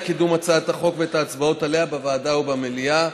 קידום הצעת החוק ואת ההצבעות עליה בוועדה או במליאה.